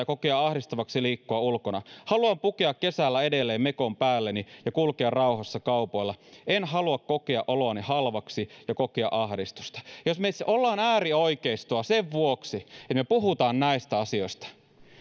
kokea ahdistavaksi liikkua ulkona haluan pukea kesällä edelleen mekon päälleni ja kulkea rauhassa kaupoilla en halua kokea oloani halvaksi ja kokea ahdistusta jos me olemme äärioikeistoa sen vuoksi että me puhumme näistä asioista